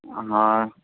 امان